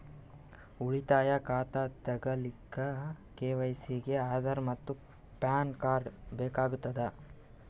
ಉಳಿತಾಯ ಖಾತಾ ತಗಿಲಿಕ್ಕ ಕೆ.ವೈ.ಸಿ ಗೆ ಆಧಾರ್ ಮತ್ತು ಪ್ಯಾನ್ ಕಾರ್ಡ್ ಬೇಕಾಗತದ